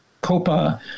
COPA